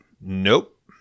Nope